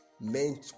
meant